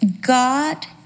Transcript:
God